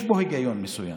יש בו היגיון מסוים,